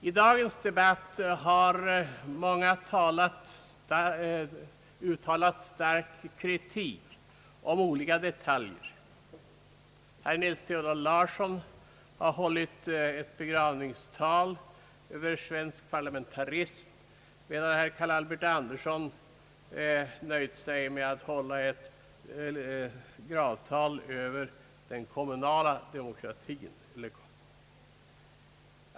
I dagens debatt har många uttalat stark kritik av olika detaljer. Herr Nils Theodor Larsson har hållit ett begravningstal över svensk parlamentarism, medan herr Carl Albert Anderson nöjt sig med att hålla ett gravtal över den kommunala demokratin.